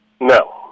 No